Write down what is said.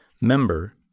Member